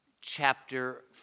chapter